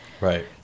Right